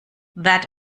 that